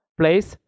place